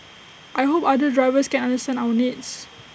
I hope other drivers can understand our needs